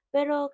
Pero